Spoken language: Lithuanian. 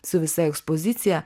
su visa ekspozicija